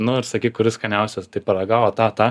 nu ir sakyk kuris skaniausias tai paragavo tą tą